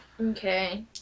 Okay